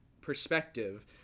perspective